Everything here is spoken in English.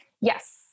Yes